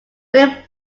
philip